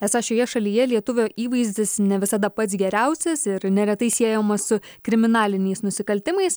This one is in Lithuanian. esą šioje šalyje lietuvio įvaizdis ne visada pats geriausias ir neretai siejamas su kriminaliniais nusikaltimais